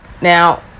Now